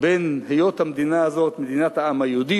בין היות המדינה הזאת מדינת העם היהודי,